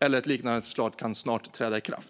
eller ett liknande förslag snart kan träda i kraft.